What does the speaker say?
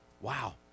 Wow